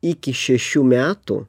iki šešių metų